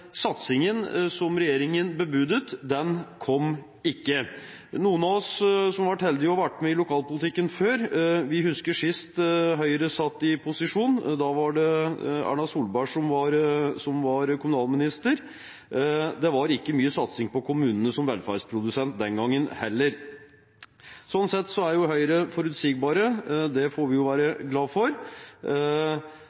Satsingen som regjeringen bebudet, den kom ikke. Noen av oss som har vært så heldige å ha vært med i lokalpolitikken før, vi husker sist Høyre satt i posisjon. Da var det Erna Solberg som var kommunalminister. Det var ikke mye satsing på kommunene som velferdsprodusent den gangen heller. Sånn sett er Høyre forutsigbare, det får vi jo være glad for.